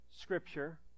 Scripture